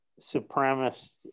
supremacist